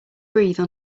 breathe